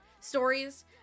stories